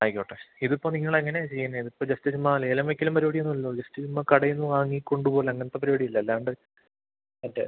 ആയിക്കോട്ടെ ഇത് ഇപ്പം നിങ്ങൾ എങ്ങനെയാണ് ചെയ്യുന്നത് ഇപ്പം ജസ്റ്റ് ചുമ്മാ ലേലം വയ്ക്കലും പരിപാടിയൊന്നുമില്ലല്ലോ ജസ്റ്റ് ചുമ്മാ കടയിൽ നിന്ന് വാങ്ങി കൊണ്ടു പോകൽ അങ്ങനത്തെ പരിപാടി ഇല്ലാണ്ട് മറ്റു